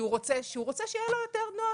כשהוא רוצה שיהיה לו יותר נוח,